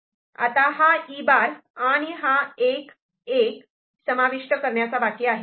आता हा E' आणि हा '1 1' समाविष्ट करण्याचा बाकी आहे